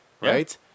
right